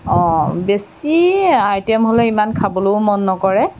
অঁ বেছি আইটেম হ'লে ইমান খাবলৈও মন নকৰে